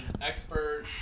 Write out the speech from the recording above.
expert